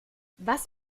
was